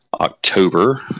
October